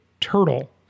turtle